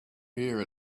here